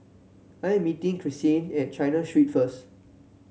I am meeting Karsyn at China Street first